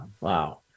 Wow